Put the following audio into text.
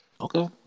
Okay